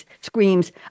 screams